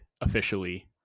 officially